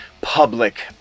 public